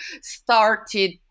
started